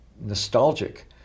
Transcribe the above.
nostalgic